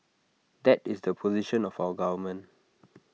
that is the position of our government